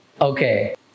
Okay